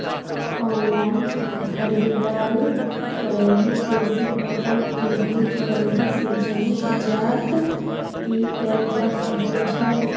Online खरीददारी करै में बेसी टका केकरो गलती से चलि जा त की कैल जा सकै छै?